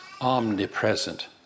omnipresent